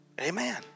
Amen